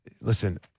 listen